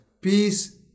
peace